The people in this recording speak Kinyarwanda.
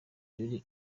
jolly